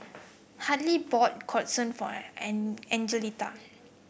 Hadley bought Katsudon for An An Angelita